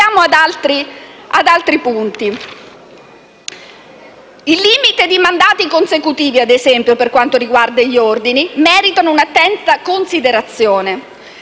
Andiamo ad altri punti. Il limite di mandati consecutivi per quanto riguarda gli ordini merita un'attenta considerazione,